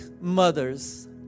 mothers